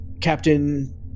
Captain